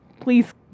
please